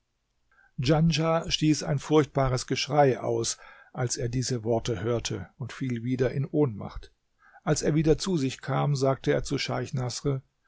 djanschah stieß ein furchtbares geschrei aus als er diese worte hörte und fiel wieder in ohnmacht als er wieder zu sich kam sagte er zu scheich